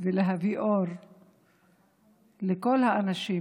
ולהביא אור לכל האנשים,